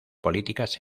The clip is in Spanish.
políticas